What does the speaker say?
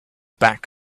back